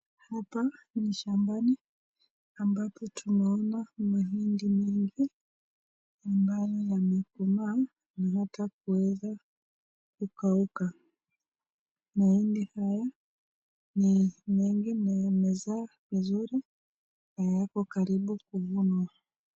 Hapa ni shambani ambapo tunaona mahindi mingi ambayo yamekomaa na hata kuweza kukauka. Mahindi haya ni mengi na yamezaa vizuri na yako karibu kuvunwa.